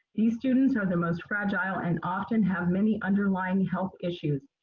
these students are the most fragile and often have many underlying health issues.